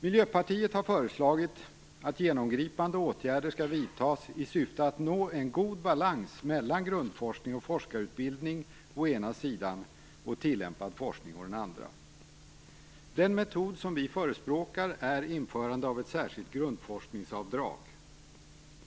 Miljöpartiet har föreslagit att genomgripande åtgärder skall vidtas i syfte att nå en god balans mellan grundforskning och forskarutbildning å ena sidan och tillämpad forskning å den andra. Den metod vi förespråkar är införande av ett särskilt grundforskningsavdrag.